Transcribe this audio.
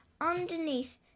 underneath